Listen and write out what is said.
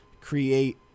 create